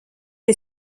est